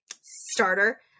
starter